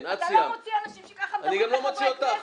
אתה לא מוציא אנשים שככה מדברים לחברי כנסת,